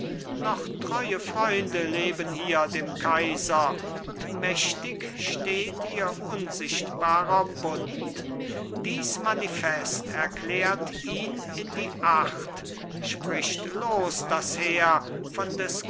noch treue freunde leben hier dem kaiser und mächtig steht ihr unsichtbarer bund dies manifest erklärt ihn in die acht spricht los das heer von des